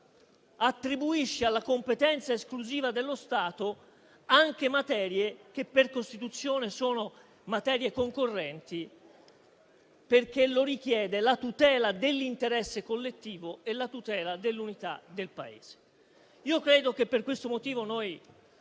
attribuisce alla competenza esclusiva dello Stato anche materie che per Costituzione sono concorrenti, perché lo richiede la tutela dell'interesse collettivo e dell'unità del Paese. Per questo motivo,